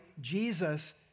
Jesus